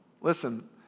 Listen